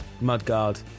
Mudguard